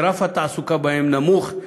שרף התעסוקה בהן נמוך,